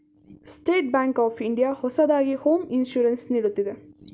state Bank of India ಹೊಸದಾಗಿ home insurance ನೀಡುತ್ತಿದೆ